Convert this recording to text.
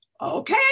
okay